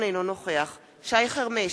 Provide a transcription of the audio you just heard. אינו נוכח שי חרמש,